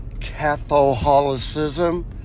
Catholicism